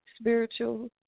spiritual